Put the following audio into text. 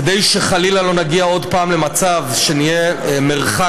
כדי שחלילה לא נגיע עוד פעם למצב שנהיה מרחק